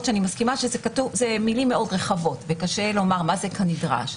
שאני מסכימה שאלה מלים מאוד רחבות וקשה לומר מה זה כנדרש.